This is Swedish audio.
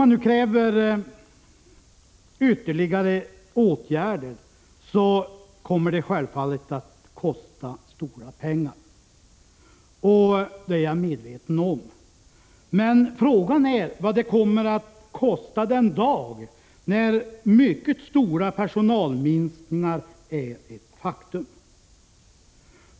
Visst kommer ytterligare åtgärder att kosta stora pengar — det är jag medveten om. Men frågan är vad det kommer att kosta den dag när mycket stora personalminskningar är ett faktum.